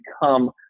become